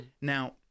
now